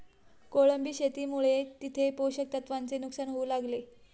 कोळंबी शेतीमुळे तिथे पोषक तत्वांचे नुकसान होऊ लागले